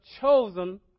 chosen